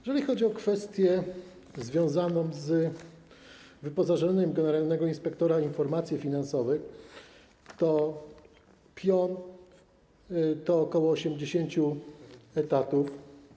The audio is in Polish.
Jeżeli chodzi o kwestię związaną z wyposażeniem urzędu generalnego inspektora informacji finansowej, to pion to ok. 80 etatów.